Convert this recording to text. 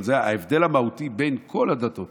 ההבדל המהותי בין כל הדתות